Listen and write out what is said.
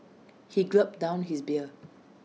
he gulped down his beer